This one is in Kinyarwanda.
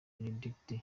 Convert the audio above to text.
benedicte